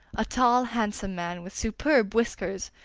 a tall, handsome man, with superb whiskers,